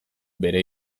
bere